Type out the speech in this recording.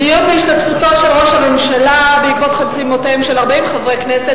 דיון בהשתתפותו של ראש הממשלה בעקבות חתימותיהם של 40 חברי כנסת.